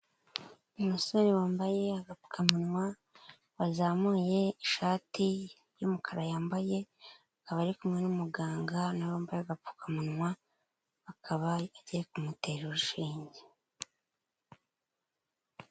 Umusore wambaye agapfukamunwa wazamuye ishati y'umukara yambayeba ari kumwe n'umuganga nawe wambaye agapfukamunwa, akaba agiye kumutera urushinge.